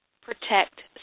protect